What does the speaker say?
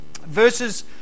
Verses